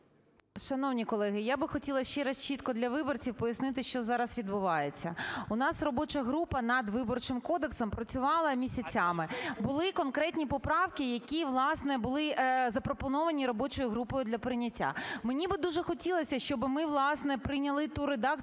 Шановні колеги, я би хотіла ще раз чітко для виборців пояснити, що зараз відбувається. У нас робоча група над Виборчим кодексом працювала місяцями. Були конкретні поправки, які, власне, були запропоновані робочою групою для прийняття. Мені би дуже хотілося, щоб ми, власне, прийняли ту редакцію,